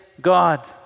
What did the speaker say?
God